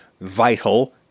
vital